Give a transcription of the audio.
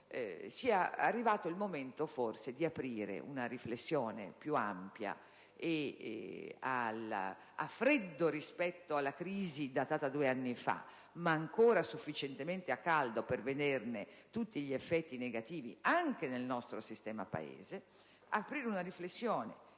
sia arrivato forse il momento di aprire una riflessione più ampia (a freddo rispetto alla crisi datata due anni fa, ma ancora sufficientemente a caldo per vederne tutti gli effetti negativi anche nel nostro sistema Paese) insieme